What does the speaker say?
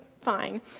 fine